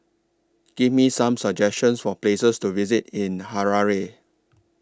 Give Me Some suggestions For Places to visit in Harare